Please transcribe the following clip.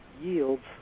yields